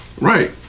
Right